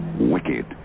Wicked